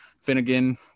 Finnegan